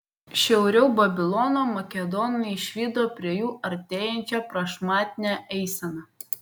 šiauriau babilono makedonai išvydo prie jų artėjančią prašmatnią eiseną